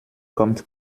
kommt